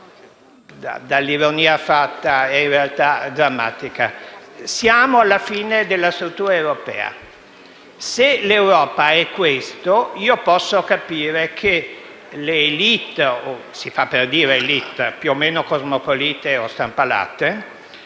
l'ironia, è in realtà drammatica. Siamo alla fine della struttura europea: se l'Europa è questo, posso capire che le *élite* - *élite* si fa per dire - più o meno cosmopolite o strampalate